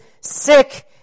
sick